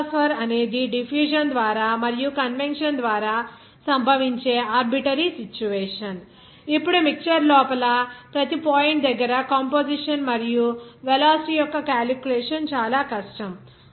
mass transfer అనేది diffusion ద్వారా మరియు కన్వెక్షన్ ద్వారా సంభవించే ఆర్బిటరీ సిట్యుయేషన్ ఇప్పుడు మిక్చర్ లోపల ప్రతి పాయింట్ దగ్గర కాంపొజిషన్ మరియు వెలాసిటీ యొక్క క్యాలిక్యులేషన్ చాలా కష్టం